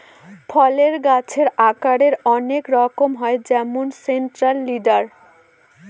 ফলের গাছের আকারের অনেক রকম হয় যেমন সেন্ট্রাল লিডার